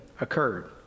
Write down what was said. occurred